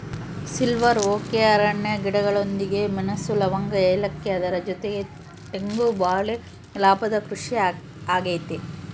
silver oak ಅರಣ್ಯ ಗಿಡಗಳೊಂದಿಗೆ ಮೆಣಸು, ಲವಂಗ, ಏಲಕ್ಕಿ ಅದರ ಜೊತೆಗೆ ತೆಂಗು ಬಾಳೆ ಲಾಭದ ಕೃಷಿ ಆಗೈತೆ